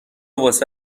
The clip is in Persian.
واسه